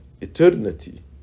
eternity